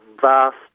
vast